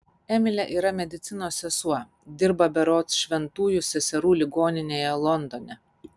emilė yra medicinos sesuo dirba berods šventųjų seserų ligoninėje londone